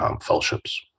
fellowships